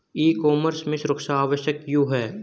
ई commerce में सुरक्षा आवश्यक क्यों है?